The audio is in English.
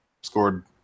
scored